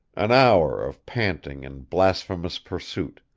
an hour of panting and blasphemous pursuit,